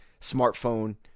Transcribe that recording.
smartphone